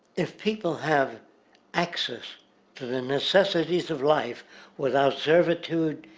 if people have access to the necessities of life without survitude,